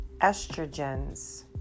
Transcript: estrogens